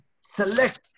Select